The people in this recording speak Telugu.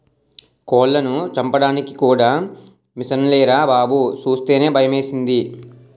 కోళ్లను చంపడానికి కూడా మిసన్లేరా బాబూ సూస్తేనే భయమేసింది